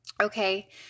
okay